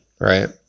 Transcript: right